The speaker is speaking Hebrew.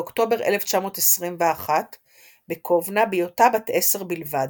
באוקטובר 1921 בקובנה בהיותה בת עשר בלבד.